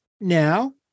Now